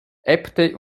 äbte